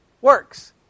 Works